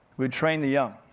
we'd train the young.